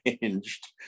changed